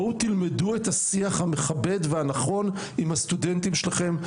בואו תלמדו את השיח המכבד והנכון עם הסטודנטים שלכם,